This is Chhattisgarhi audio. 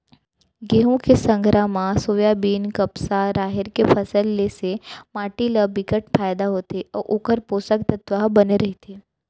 गहूँ के संघरा म सोयाबीन, कपसा, राहेर के फसल ले से माटी ल बिकट फायदा होथे अउ ओखर पोसक तत्व ह बने रहिथे